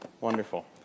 Wonderful